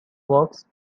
works